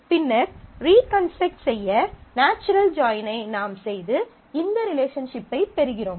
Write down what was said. பின்னர் ரீகன்ஸ்ட்ரக்ட் செய்ய நாச்சுரல் ஜாயினை நாம் செய்து இந்த ரிலேஷன்ஷிப்பைப் பெறுகிறோம்